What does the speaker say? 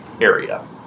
area